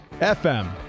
FM